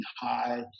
high